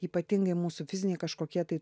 ypatingai mūsų fiziniai kažkokie tai